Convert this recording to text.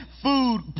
food